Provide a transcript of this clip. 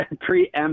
preempt